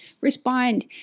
respond